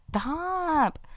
stop